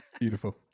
Beautiful